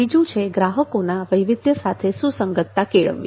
ત્રીજું છે ગ્રાહકોના વૈવિધ્ય સાથે સુસંગતતા કેળવવી